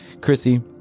Chrissy